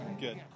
Good